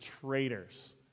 traitors